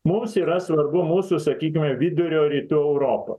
mums yra svarbu mūsų sakykime vidurio rytų europa